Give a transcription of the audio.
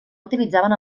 utilitzaven